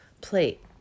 plate